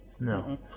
No